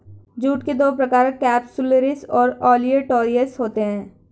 jute के दो प्रकार केपसुलरिस और ओलिटोरियस होते हैं